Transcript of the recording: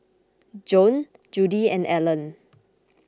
Joann Judi and Alan